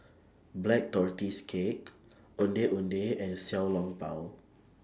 Black Tortoise Cake Ondeh Ondeh and Xiao Long Bao